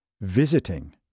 visiting